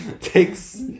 takes